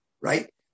right